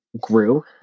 grew